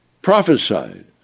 prophesied